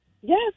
Yes